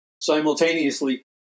simultaneously